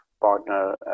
partner